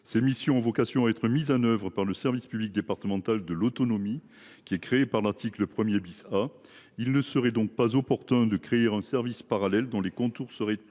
Ces missions ont vocation à être mises en œuvre par le service public départemental de l’autonomie créé par l’article 1 A. Il ne serait pas opportun de créer un service parallèle dont les contours seraient plus flous.